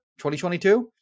2022